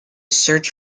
search